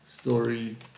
story